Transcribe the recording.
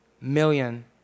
million